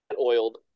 oiled